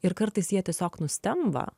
ir kartais jie tiesiog nustemba